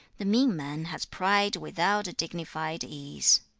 the mean man has pride without a dignified ease